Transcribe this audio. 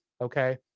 Okay